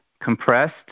compressed